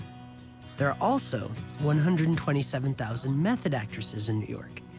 there are also one hundred and twenty seven thousand method actresses in new york,